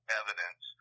evidence